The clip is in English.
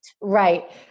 Right